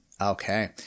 Okay